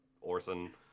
Orson